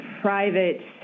private